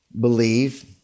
believe